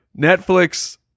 Netflix